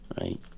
Right